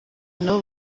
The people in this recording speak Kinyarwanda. nabo